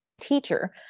teacher